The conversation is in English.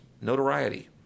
notoriety